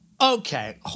Okay